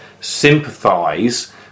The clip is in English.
sympathise